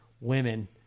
women